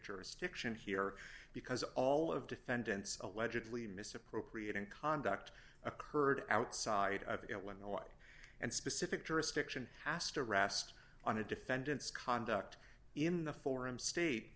jurisdiction here because all of defendants allegedly misappropriating conduct occurred outside of the illinois and specific jurisdiction has to rest on a defendant's conduct in the forum state